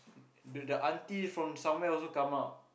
dude the auntie from somewhere also come up